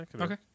Okay